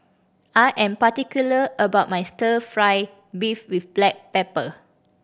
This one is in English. I am particular about my Stir Fry beef with black pepper